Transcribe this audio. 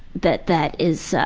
that that is, ah,